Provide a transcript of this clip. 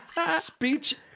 Speech